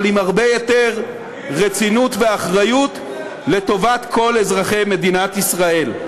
אבל עם הרבה יותר רצינות ואחריות לטובת כל אזרחי מדינת ישראל.